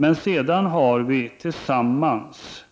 Men vi har tillsammans